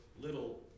little